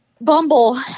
Bumble